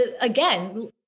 again